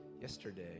yesterday